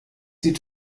sie